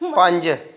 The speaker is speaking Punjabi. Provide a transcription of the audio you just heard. ਪੰਜ